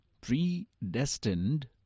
predestined